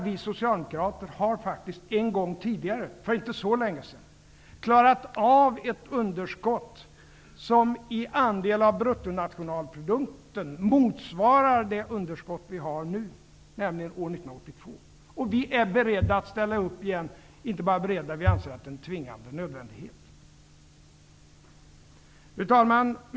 Vi socialdemokrater har faktiskt en gång tidigare, för inte så länge sedan, klarat av ett underskott som i andel av bruttonationalprodukten motsvarar det underskott som vi har nu, nämligen år 1982. Vi är beredda att ställa upp igen -- inte bara är beredda utan anser det vara en tvingande nödvändighet. Fru talman!